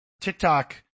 TikTok